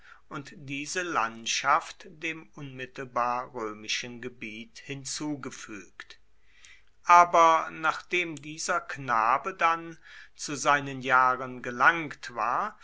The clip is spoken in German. und diese landschaft dem unmittelbar römischen gebiet hinzugefügt aber nachdem dieser knabe dann zu seinen jahren gelangt war